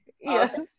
Yes